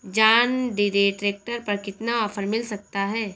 John Deere tractor पर कितना offer मिल सकता है?